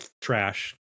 trash